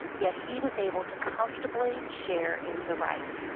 yet he was able to comfortably share in the rites.